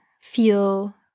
feel